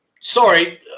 sorry